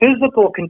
physical